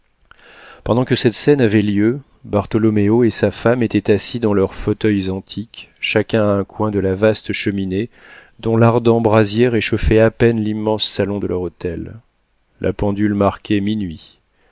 pendant que cette scène avait lieu bartholoméo et sa femme étaient assis dans leurs fauteuils antiques chacun à un coin de la vaste cheminée dont l'ardent brasier réchauffait à peine l'immense salon de leur hôtel la pendule marquait minuit